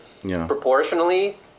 proportionally